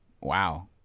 Wow